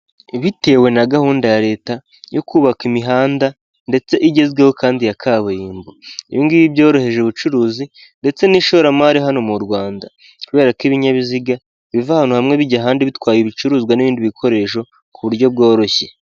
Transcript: Bitewe na gahunda ya leta yo kubaka imihanda ndetse igezweho kandi ya kaburimbo, ibi ngibi byoroheje ubucuruzi ndetse n'ishoramari hano mu Rwanda kubera ko ibinyabiziga biva ahantu hamwe bijya ahandi bitwaye ibicuruzwa n'ibindi bikoresho ku buryo bworoshye.